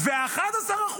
וה-11%,